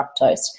fructose